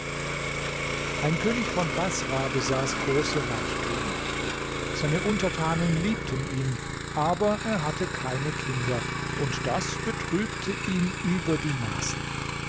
ein könig von baßrah besaß große reichtümer seine untertanen liebten ihn aber er hatte keine kinder und das betrübte ihn über die maßen